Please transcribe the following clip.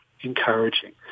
encouraging